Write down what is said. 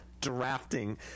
drafting